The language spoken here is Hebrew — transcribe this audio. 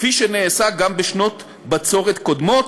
כפי שנעשה גם בשנות בצורות קודמות,